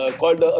called